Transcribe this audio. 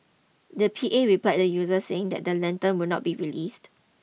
the P A replied the users saying that the lanterns would not be released